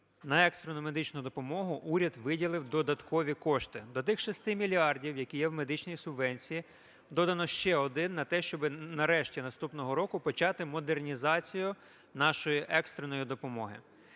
на екстрену медичну допомогу уряд виділив додаткові кошти. До тих 6 мільярдів, які є в медичній субвенції, додано ще один на те, щоби нарешті наступного року почати модернізацію нашої екстреної допомоги.